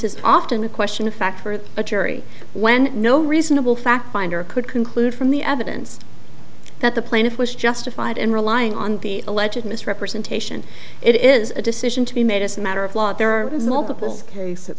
is often a question of fact for a jury when no reasonable fact finder could conclude from the evidence that the plaintiff was justified in relying on the alleged misrepresentation it is a decision to be made as a matter of law there are multiple case